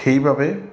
সেইবাবে